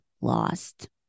lost